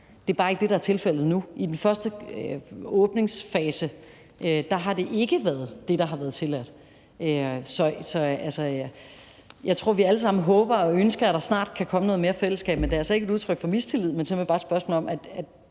Det er bare ikke det, der er tilfældet nu. I den første genåbningsfase har det ikke været det, der har været tilladt. Jeg tror, at vi alle sammen håber og ønsker, at der snart kan komme noget mere fællesskab, men det er altså ikke et udtryk for mistillid. Det er simpelt hen bare et spørgsmål om, at